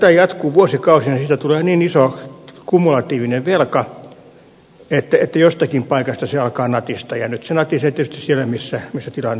ja kun tätä jatkuu vuosikausia niin siitä tulee niin iso kumulatiivinen velka että jostakin paikasta se alkaa natista ja nyt se natisee tietysti siellä missä tilanne on heikoin